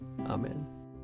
Amen